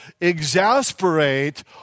exasperate